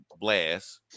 blast